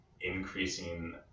increasing